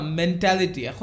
mentality